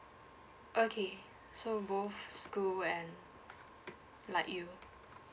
okay so both school and like you